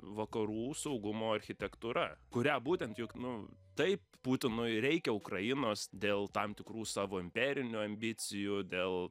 vakarų saugumo architektūra kurią būtent juk nu taip putinui reikia ukrainos dėl tam tikrų savo imperinių ambicijų dėl